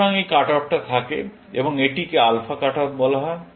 সুতরাং এই cut off টা থাকে এবং এটিকে আলফা কাট অফ বলা হয়